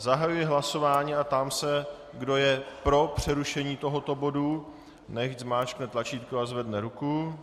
Zahajuji hlasování a ptám se, kdo je pro přerušení tohoto bodu, nechť zmáčkne tlačítko a zvedne ruku.